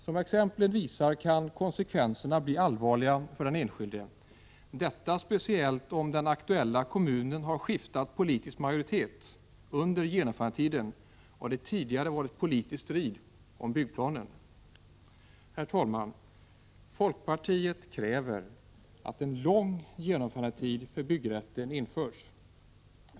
Som exemplen visar kan konsekvenserna bli allvarliga för den enskilde, detta speciellt om den aktuella kommunen har skiftat politisk majoritet under genomförandetiden och det tidigare varit politisk strid om byggplanen. Herr talman! Folkpartiet kräver att en lång genomförandetid för byggrätten skall tillämpas.